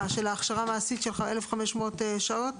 מה, הכשרה מעשית של 1,500 שעות?